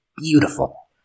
beautiful